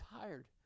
tired